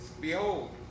behold